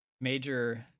major